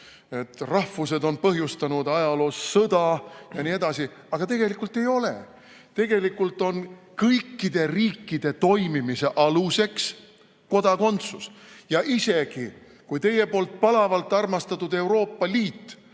rahvused on põhjustanud ajaloos sõdu jne. Aga tegelikult ei ole. Tegelikult on kõikide riikide toimimise aluseks kodakondsus. Ja isegi kui teie poolt palavalt armastatud Euroopa Liit